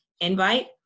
invite